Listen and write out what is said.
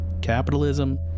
capitalism